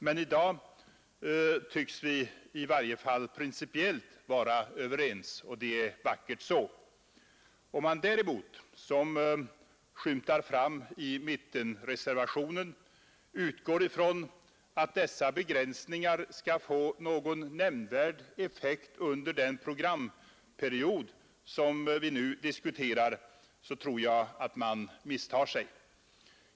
Men i dag tycks vi i varje fall principiellt vara överens, och det är vackert så. Om man däremot, som skymtar fram i mittenreservationen, utgår ifrån att dessa begränsningar skall få någon nämnvärd effekt under den programperiod som vi nu diskuterar, så tror jag att man misstar sig.